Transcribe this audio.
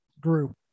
grew